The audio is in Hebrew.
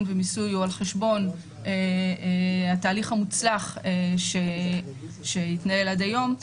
ומיסוי הוא על חשבון התהליך המוצלח שהתנהל עד היום.